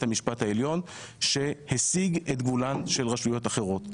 המשפט העליון שהשיג את גבולן של רשויות אחרות.